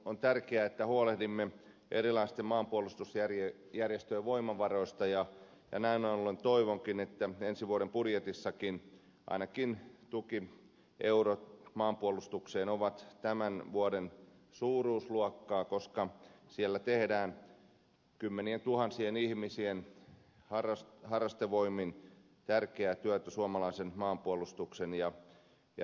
on tärkeää että huolehdimme erilaisten maanpuolustusjärjestöjen voimavaroista ja näin ollen toivonkin että ensi vuoden budjetissakin tukieurot maanpuolustukseen ovat tämän vuoden suuruusluokkaa koska siellä tehdään kymmenientuhansien ihmisien harrastevoimin tärkeää työtä suomalaisen maanpuolustuksen ja rauhanturvaamistaitojen ylläpitämiseksi